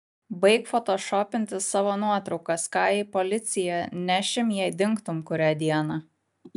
baik fotošopinti savo nuotraukas ką į policiją nešim jei dingtum kurią dieną